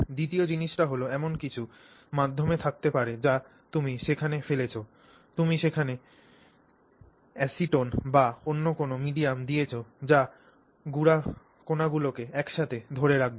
দ্বিতীয় জিনিসটি হল এমন কিছু মাধ্যম থাকতে পারে যা তুমি সেখানে ফেলেছ তুমি সেখানে অ্যাসিটোন বা অন্য কোন মিডিয়াম দিয়েছ যা গুঁড়া কণাগুলিকে একসাথে ধরে রাখবে